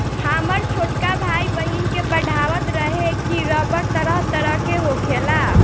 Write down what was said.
हामर छोटका भाई, बहिन के पढ़ावत रहे की रबड़ तरह तरह के होखेला